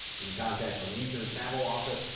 you can contact the leisure travel office,